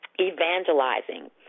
evangelizing